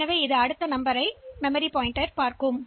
எனவே இந்த பாணியில் சேமிக்கப்பட்ட எண்களைப் பெற்றுள்ளோம்